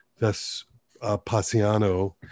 Vespasiano